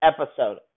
episode